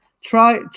try